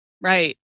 Right